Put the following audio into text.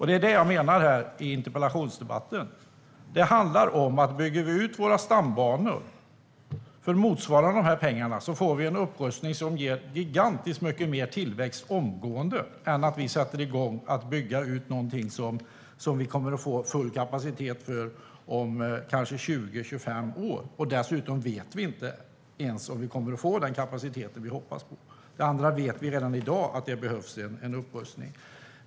Det är det jag menar i interpellationsdebatten här: Det handlar om att om vi bygger ut våra stambanor för motsvarande dessa pengar får vi en upprustning som ger gigantiskt mycket mer tillväxt omgående än om vi sätter igång att bygga ut någonting som vi kommer att få full kapacitet av om kanske 20-25 år. Dessutom vet vi inte ens om vi kommer att få den kapacitet vi hoppas på. Det andra vet vi redan i dag att det behövs en upprustning av.